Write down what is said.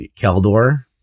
Keldor